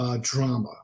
drama